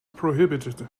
prohibited